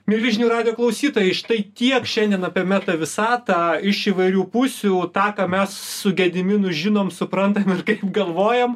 mieli žinių radijo klausytojai štai tiek šiandien apie meta visatą iš įvairių pusių tą ką mes su gediminu žinom suprantam ir kaip galvojam